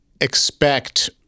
expect